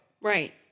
right